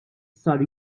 sar